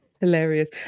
Hilarious